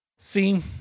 See